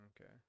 Okay